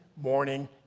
morning